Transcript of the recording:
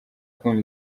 kumva